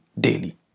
daily